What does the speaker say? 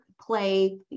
play